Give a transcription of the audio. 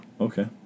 okay